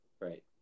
right